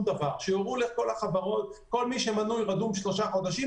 שיורו לכל החברות שכל מנוי רדום שלושה חודשים,